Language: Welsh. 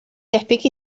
debyg